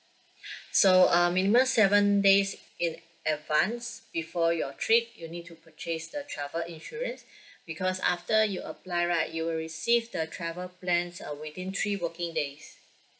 so uh minimum seven days in advance before your trip you need to purchase the travel insurance because after you apply right you will receive the travel plans uh within three working days